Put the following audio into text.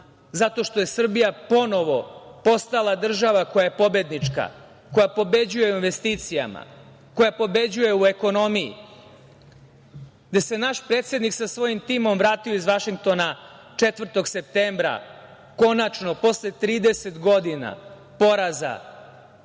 zato što je Srbija ponovo postala država koja je pobednička, koja pobeđuje u investicijama, koja pobeđuje u ekonomiji, gde se naš predsednik sa svojim timom vratio iz Vašingtona, 4. septembra, konačno, posle 30 godina poraza,